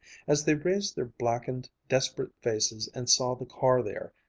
as they raised their blackened, desperate faces and saw the car there,